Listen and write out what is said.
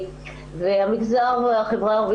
של המשרד להשכלה גבוהה,